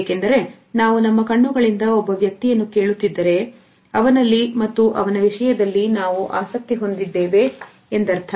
ಏಕೆಂದರೆ ನಾವು ನಮ್ಮ ಕಣ್ಣುಗಳಿಂದ ಒಬ್ಬ ವ್ಯಕ್ತಿಯನ್ನು ಕೇಳುತ್ತಿದ್ದರೆ ಅವನಲ್ಲಿ ಮತ್ತು ಅವನ ವಿಷಯದಲ್ಲಿ ನಾವು ಆಸಕ್ತಿ ಹೊಂದಿದ್ದೇವೆ ಎಂದರ್ಥ